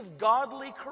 godly